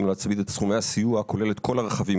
להצמיד את סכומי הסיוע כולל את כל הרכבים,